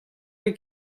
vez